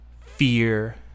fear